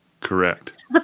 correct